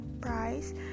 price